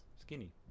skinny